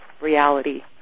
reality